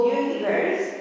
universe